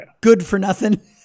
good-for-nothing